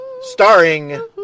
Starring